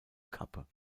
kappe